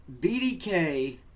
BDK